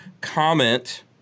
comment